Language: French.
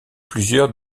plusieurs